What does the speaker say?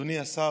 אדוני השר,